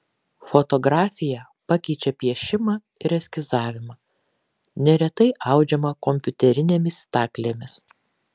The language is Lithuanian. fotografija pakeičia piešimą ir eskizavimą neretai audžiama kompiuterinėmis staklėmis